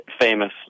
famous